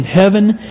heaven